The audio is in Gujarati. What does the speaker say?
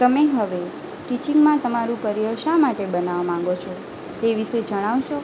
તમે હવે ટિચિંગમાં તમારું કરિયર શા માટે બનાવવા માગો છો તે વિશે જણાવશો